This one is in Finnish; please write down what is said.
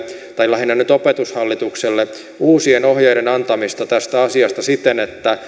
tai lähinnä opetushallitukselle uusien ohjeiden antamista tästä asiasta siten että